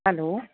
hello